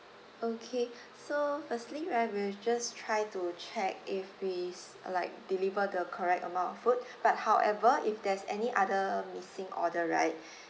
okay so firstly right we'll just try to check if we like deliver the correct amount of food but however if there's any other missing order right